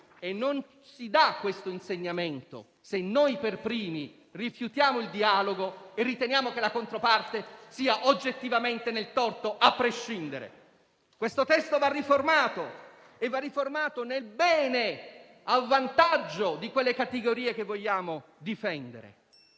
e non si dà questo insegnamento se noi per primi rifiutiamo il dialogo e riteniamo che la controparte sia oggettivamente nel torto, a prescindere. Questo testo deve essere riformato, nel bene, a vantaggio di quelle categorie che vogliamo difendere.